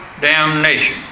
damnation